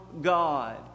God